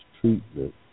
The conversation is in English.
treatment